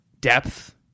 depth